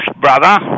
brother